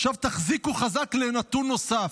עכשיו תחזיקו חזק לנתון נוסף: